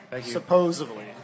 Supposedly